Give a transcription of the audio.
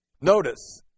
notice